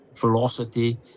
velocity